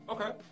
Okay